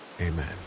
amen